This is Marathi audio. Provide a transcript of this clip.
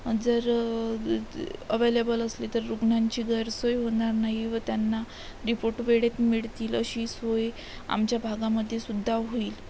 जर अवेलेबल असली तर रुग्णांची गैरसोय होणार नाही व त्यांना रिपोर्ट वेळेत मिळतील अशी सोय आमच्या भागामध्ये सुद्धा होईल